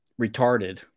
retarded